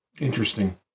Interesting